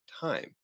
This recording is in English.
time